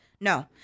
No